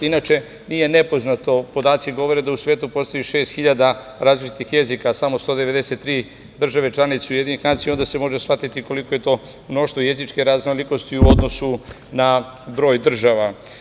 Inače, nije nepoznato, podaci govore da u svetu postoji šest hiljada različitih jezika, a samo 193 države članice UN, onda se može shvatiti koliko je to mnoštvo jezičke raznolikosti u odnosu na broj država.